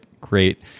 great